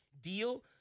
deal